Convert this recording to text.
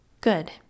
Good